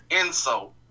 insult